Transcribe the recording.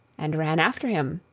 and ran after him,